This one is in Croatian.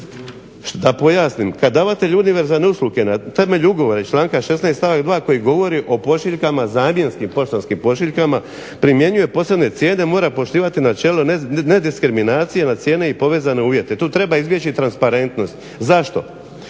da pojasnim. Kad davatelj univerzalne usluge na temelju ugovora iz članka 16. stavak 2. koji govori o pošiljkama zamjenskim poštanskim pošiljkama primjenjuje posebne cijene mora poštivati načelo nediskriminacije na cijene i povezane uvjete. Tu treba izbjeći transparentnost. Zašto?